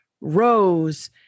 rose